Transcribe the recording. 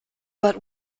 but